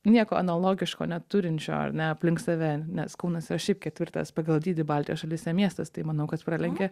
nieko analogiško neturinčio ar ne aplink save nes kaunas yra šiaip ketvirtas pagal dydį baltijos šalyse miestas tai manau kad pralenkia